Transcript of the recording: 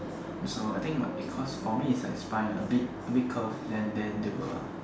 so I think might because for me is like spine a bit a bit curved then then they will